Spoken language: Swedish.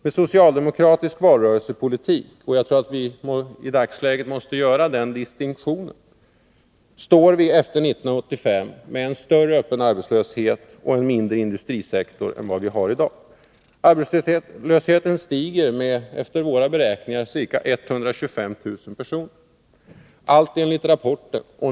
Med socialdemokratisk valrörel sepolitik — jag tror att vi måste göra den distinktionen — får vi efter 1985 en större öppen arbetslöshet och en mindre industrisektor än vi har i dag. Arbetslösheten stiger med efter våra beräkningar ca 125 000 personer. Allt detta redovisade vi i rapporten.